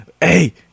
Hey